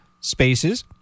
spaces